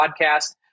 podcast